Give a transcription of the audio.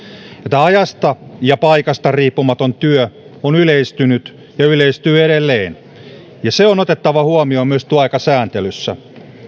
tämä ajasta ja paikasta riippumaton työ on yleistynyt ja yleistyy edelleen ja se on otettava huomioon myös työaikasääntelyssä